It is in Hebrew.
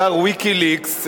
אתר "ויקיליקס"